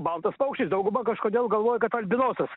baltas paukštis dauguma kažkodėl galvoja kad albinosas